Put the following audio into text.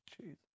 Jesus